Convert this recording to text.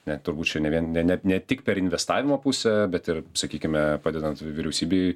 ne turbūt čia ne vien ne ne ne tik per investavimo pusę bet ir sakykime padedant vyriausybei